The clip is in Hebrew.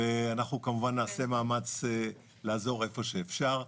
אנחנו נעשה מאמץ לעזור איפה שאפשר.